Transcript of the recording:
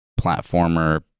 platformer